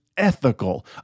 ethical